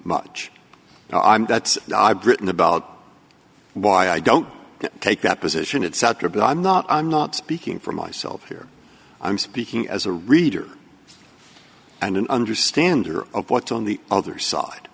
much i'm that i've written about why i don't take up position at souter but i'm not i'm not speaking for myself here i'm speaking as a reader and an understanding of what's on the other side